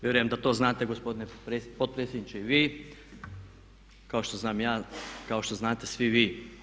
Vjerujem da to znate gospodine potpredsjedniče i vi, kao što znam ja i kao što znate svi vi.